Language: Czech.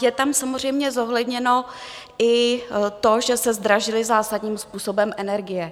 Je tam samozřejmě zohledněno i to, že se zdražily zásadním způsobem energie.